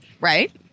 Right